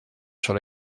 sur